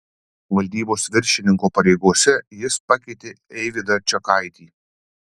valdybos viršininko pareigose jis pakeitė eivydą čekaitį